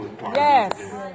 Yes